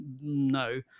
no